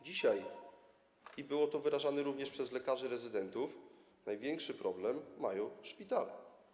Dzisiaj, i było to sygnalizowane również przez lekarzy rezydentów, największy problem mają szpitale.